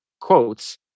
quotes